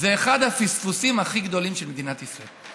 זה אחד הפספוסים הכי גדולים של מדינת ישראל.